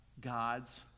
God's